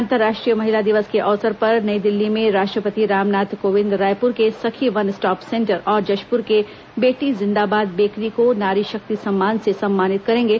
अन्तर्राष्ट्रीय महिला दिवस के अवसर पर नई दिल्ली में राष्ट्रपति रामनाथ कोविंद रायपुर के सखी वन स्टॉप सेंटर और जशपुर के बेटी जिंदाबाद बेकरी को नारीशक्ति सम्मान से सम्मानित करेंगे